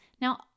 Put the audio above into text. Now